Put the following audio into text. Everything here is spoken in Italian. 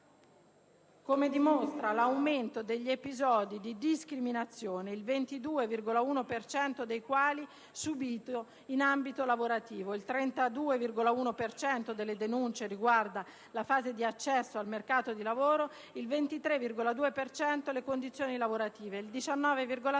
come dimostra l'aumento degli episodi di discriminazione, il 22,1 per cento dei quali subiti in ambito lavorativo: il 32,1 per cento delle denunce riguarda la fase di accesso al mercato del lavoro, il 23,2 per cento le condizioni lavorative, il 19,6